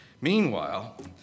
Meanwhile